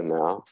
now